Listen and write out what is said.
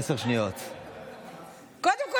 קודם כול,